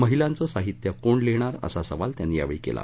महिलांचं साहित्य कोण लिहीणार असा सवाल त्यांनी केला